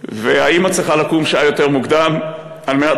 האימא צריכה לקום שעה יותר מוקדם על מנת